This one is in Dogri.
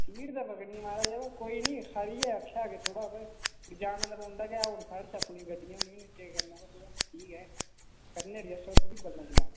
सीट ते पकड़नी ऐ महाराज बा कोई नी खरी ऐ आखेआ के थोह्ड़ा बा ऐ जाना ते पौंदा गै हून साढ़े शा अपनियां गड्डियां बी नी हैन केह् करना बा थोह्ड़ा ठीक ऐ करने आं अडजैस्ट ब थोह्ड़ा बल्लें चला करो